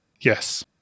Yes